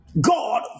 God